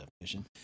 definition